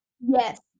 Yes